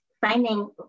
finding